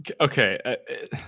Okay